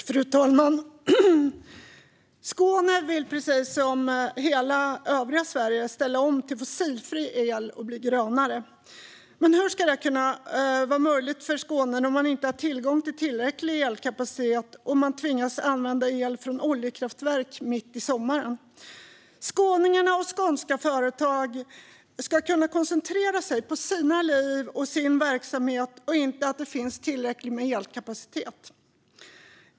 Fru talman! Skåne vill, precis som hela övriga Sverige, ställa om till fossilfri el och bli grönare. Men hur ska det kunna vara möjligt för Skåne när man inte har tillgång till tillräcklig elkapacitet och tvingas använda el från oljekraftverk mitt i sommaren? Skåningarna och de skånska företagen ska kunna koncentrera sig på sina liv och sina verksamheter och inte på om det finns tillräcklig elkapacitet.